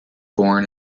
born